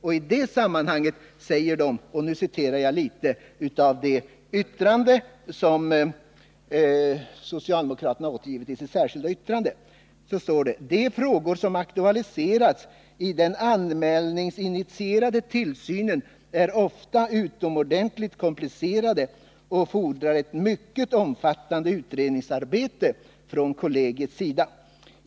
I detta sammanhang säger kommerskollegium: ”De frågor som aktualiserats i den anmälningsinitierade tillsynen är ofta utomordentligt komplicerade och fordrar ett mycket omfattande utredningsarbete från kollegiets sida.